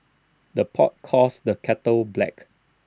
the pot calls the kettle black